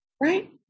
right